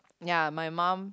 ya my mum